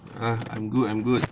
ah I'm good I'm good